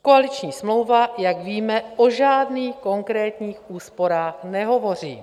Koaliční smlouva, jak víme, o žádných konkrétních úsporách nehovoří.